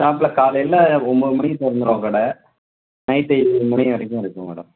ஷாப்பில் காலையில் ஒம்பது மணிக்கு திறந்துருவோம் கடை நைட்டு ஏழு மணி வரைக்கும் இருக்கும் மேடம்